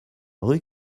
rue